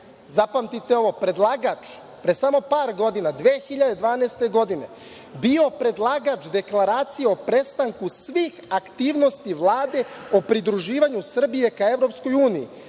da je upravo predlagač pre samo par godina, 2012. godine bio predlagač Deklaracije o prestanku svih aktivnosti Vlade o pridruživanju Srbije ka EU sa jasnim